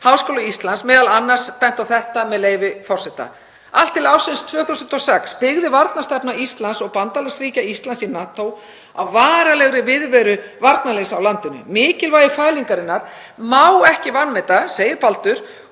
Háskóla Íslands, hefur m.a. bent á þetta, með leyfi forseta: „Allt til ársins 2006 byggði varnarstefna Íslands og bandalagsríkja Íslands í NATO á varanlegri viðveru varnarliðs á landinu. Mikilvægi fælingarinnar má ekki vanmeta og því